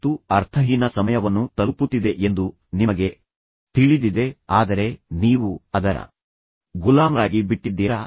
ಮತ್ತು ಧಾರಾವಾಹಿಯು ಅರ್ಥಹೀನ ಸಮಯವನ್ನು ತಲುಪುತ್ತಿದೆ ಎಂದು ನಿಮಗೆ ತಿಳಿದಿದೆ ಆದರೆ ನೀವು ಅದರ ಗುಲಾಮರಾಗಿ ಬಿಟ್ಟಿದ್ದೀರಾ